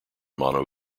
mono